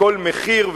בכל מחיר,